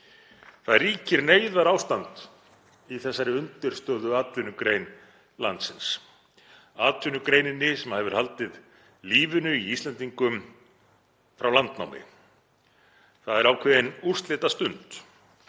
Það ríkir neyðarástand í þessari undirstöðuatvinnugrein landsins, atvinnugreininni sem hefur haldið lífinu í Íslendingum frá landnámi. Það er ákveðin úrslitastund.